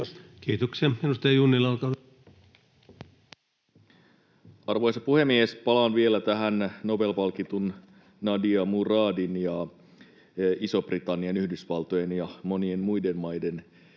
Kiitoksia. — Edustaja Junnila, olkaa hyvä. Arvoisa puhemies! Palaan vielä tähän Nobel-palkitun Nadia Muradin ja Ison-Britannian, Yhdysvaltojen ja monien muiden maiden